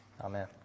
Amen